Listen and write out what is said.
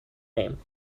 name